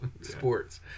sports